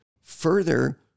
Further